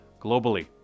globally